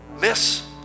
miss